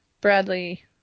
bradley